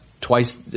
twice